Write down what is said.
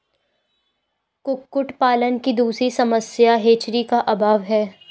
कुक्कुट पालन की दूसरी समस्या हैचरी का अभाव है